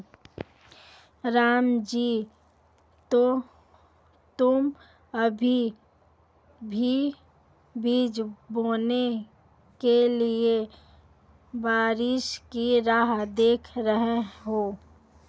रामजी तुम अभी भी बीज बोने के लिए बारिश की राह देख रहे हो?